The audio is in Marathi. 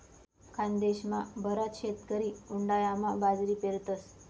खानदेशमा बराच शेतकरी उंडायामा बाजरी पेरतस